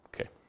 Okay